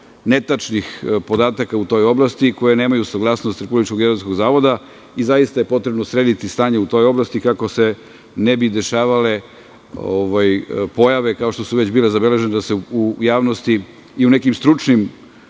netačnih podataka u toj oblasti, koje nemaju saglasnost Republičkog geodetskog zavoda i zaista je potrebno srediti stanje u toj oblasti kako se ne bi dešavale pojave kao što su već bile zabeležene, da se u javnosti i u nekim stručnim